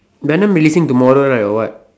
venom releasing tomorrow right or what